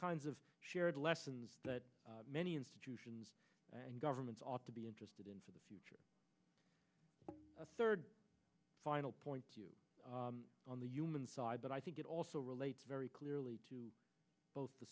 kinds of shared lessons that many institutions and governments ought to be interested in for the future a third final point to you on the human side but i think it also relates very clearly to both the